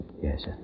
yes